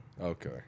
Okay